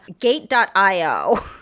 gate.io